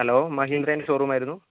hello മാഹിന്ദ്രേൻ്റെ ഷോറൂമായിരുന്നു